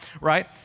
right